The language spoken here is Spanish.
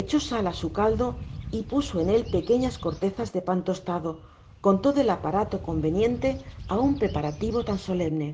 echó sal á su caldo y puso en el pequeñas cortezas de pan tostado con todo el aparato conveniente á un preparativo un solemne